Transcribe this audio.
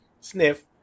sniff